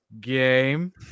game